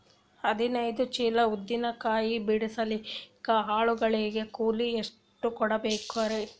ಹದಿನೈದು ಚೀಲ ಉದ್ದಿನ ಕಾಯಿ ಬಿಡಸಲಿಕ ಆಳು ಗಳಿಗೆ ಕೂಲಿ ಎಷ್ಟು ಕೂಡಬೆಕರೀ?